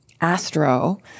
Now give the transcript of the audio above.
Astro